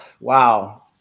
Wow